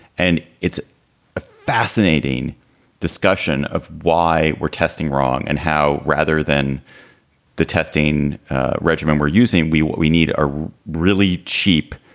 and it's a fascinating discussion of why we're testing wrong and how rather than the testing regimen we're using, what we need are really cheap,